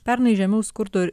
pernai žemiau skurdo